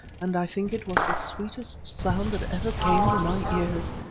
and i think it was the sweetest sound that ever came to my ears.